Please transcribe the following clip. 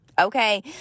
okay